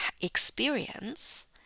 experience